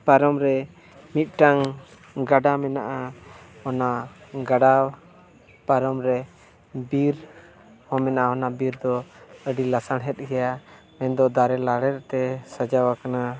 ᱯᱟᱨᱚᱢ ᱨᱮ ᱢᱤᱫᱴᱟᱱ ᱜᱟᱰᱟ ᱢᱮᱱᱟᱜᱼᱟ ᱚᱱᱟ ᱜᱟᱰᱟ ᱯᱟᱨᱚᱢ ᱨᱮ ᱚᱱᱟ ᱵᱤᱨ ᱦᱚᱸ ᱢᱮᱱᱟᱜᱼᱟ ᱚᱱᱟ ᱵᱤᱨ ᱫᱚ ᱟᱹᱰᱤ ᱞᱟᱥᱟᱲᱦᱮᱫ ᱜᱮᱭᱟ ᱢᱮᱱᱫᱚ ᱫᱟᱨᱮ ᱞᱟᱲᱮᱛᱮ ᱥᱟᱡᱟᱣ ᱟᱠᱟᱱᱟ